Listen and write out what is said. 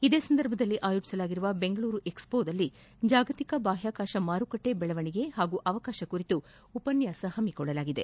ಇದೇ ಸಂದರ್ಭದಲ್ಲಿ ಆಯೋಜಿಸಲಾಗಿರುವ ಬೆಂಗಳೂರು ಏಕ್ಸ್ಪೋದಲ್ಲಿ ಜಾಗತಿಕ ಬಾಹ್ಯಕಾಶ ಮಾರುಕಟ್ಟೆ ಬೆಳವಣಿಗೆ ಹಾಗೂ ಅವಕಾಶ ಕುರಿತು ಉಪನ್ಯಾಸ ಹಮ್ಮಿಕೊಳ್ಳಲಾಗಿದೆ